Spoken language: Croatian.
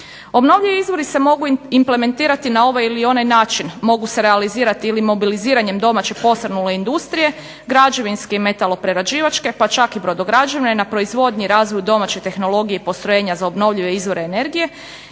Obnovljivi izvori se mogu implementirati na ovaj ili onaj način, mogu se realizirati ili mobiliziranjem domaće posrnule industrije građevinske, metaloprerađivačke pa čak i brodograđevne, na proizvodnji i razvoju domaće tehnologije i postrojenja za obnovljive izvore energije